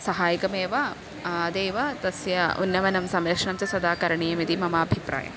सहायकमेव अत एव तस्य उन्नमनं संरक्षणं च सदा करणीयमिति मम अभिप्रायः